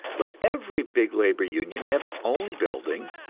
let every big labor union have its own building,